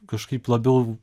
kažkaip labiau